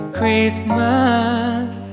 Christmas